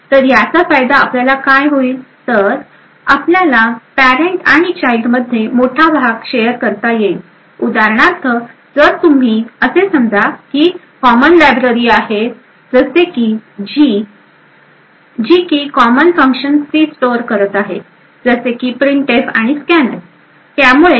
तर याचा फायदा आपल्याला काय होईल तर आपल्याला पॅरेंट आणि चाइल्ड मध्ये मोठा भाग शेअर करता येईल उदाहरणार्थ जर तुम्ही असे समजा की कॉमन लायब्ररी आहे जसे की जी जी की कॉमन फंक्शन सी स्टोअर करत आहे जसे की printf आणि scanf